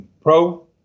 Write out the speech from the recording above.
pro